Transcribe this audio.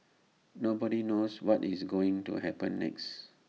nobody knows what is going to happen next